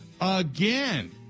again